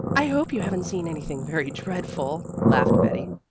i hope you haven't seen anything very dreadful, laughed betty.